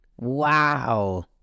Wow